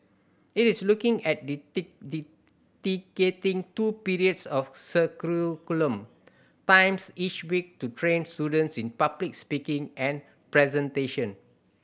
it is looking at two periods of curriculum times each week to train students in public speaking and presentation